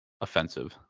offensive